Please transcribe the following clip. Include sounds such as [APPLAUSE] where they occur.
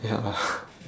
ya [NOISE]